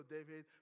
David